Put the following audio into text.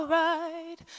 right